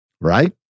Right